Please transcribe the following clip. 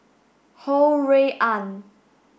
Ho Rui An